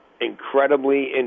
incredibly